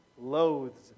loathes